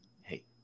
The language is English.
hey